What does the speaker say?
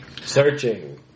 Searching